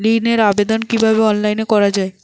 ঋনের আবেদন কিভাবে অনলাইনে করা যায়?